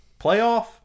Playoff